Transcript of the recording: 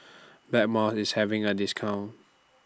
Blackmores IS having A discount